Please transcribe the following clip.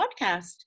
podcast